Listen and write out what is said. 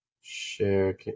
share